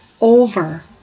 over